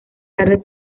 tarde